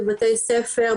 בבתי ספר,